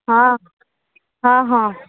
ହଁ ହଁ ହଁ